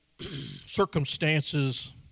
circumstances